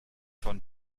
von